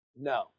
No